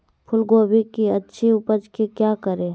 फूलगोभी की अच्छी उपज के क्या करे?